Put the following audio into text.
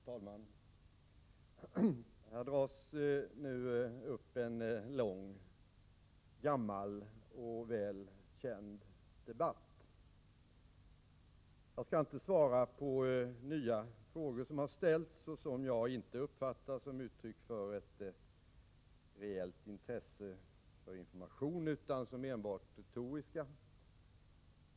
Herr talman! Här dras nu upp en lång, gammal och välkänd debatt. Jag skall inte svara på nya frågor som har ställts och som jag inte uppfattar som uttryck för ett reellt intresse för information utan som retoriska.